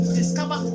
discover